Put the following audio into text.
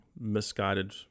misguided